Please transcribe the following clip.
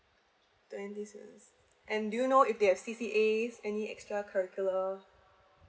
twenty six and do you know if they have C_C_A any extra curricular